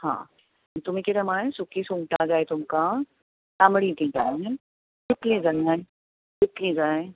हां तुमी कितें म्हळें सुकी सुंगटां जाय तुमका तांबडी तीं जाय नी कितलीं जाय कितलीं जाय